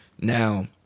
Now